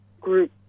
group